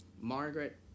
Margaret